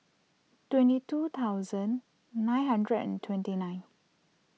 twenty two thousand nine hundred and twenty nine